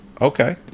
okay